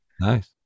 nice